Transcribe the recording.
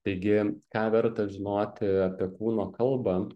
taigi ką verta žinoti apie kūno kalbą